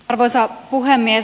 arvoisa puhemies